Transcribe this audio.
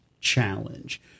challenge